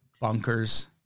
bunkers